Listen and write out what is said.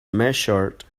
measured